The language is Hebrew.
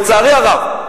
לצערי הרב,